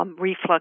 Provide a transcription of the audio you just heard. Reflux